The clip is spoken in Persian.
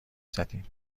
زدین